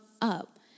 up